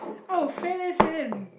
oh fat ass hand